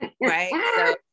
right